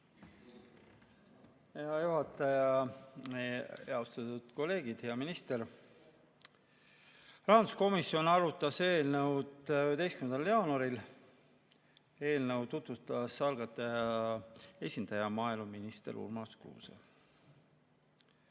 Hea juhataja! Austatud kolleegid! Hea minister! Rahanduskomisjon arutas eelnõu 11. jaanuaril. Eelnõu tutvustas algataja esindaja maaeluminister Urmas Kruuse.